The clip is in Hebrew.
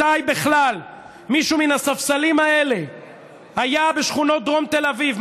מתי בכלל מישהו מן הספסלים האלה היה בשכונות דרום תל אביב?